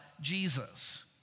Jesus